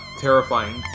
terrifying